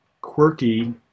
quirky